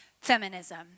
feminism